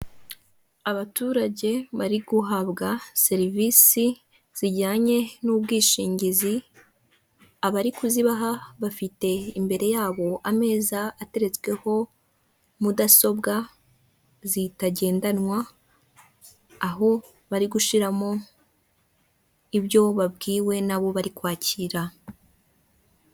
Abaturage bari guhabwa serivisi zijyanye n'ubwishingizi, abari kuzibaha bafite imbere yabo ameza atetsweho mudasobwa zitagendanwa, aho bari gushimo ibyo babwiwe n'abo bari kwakira.